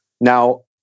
Now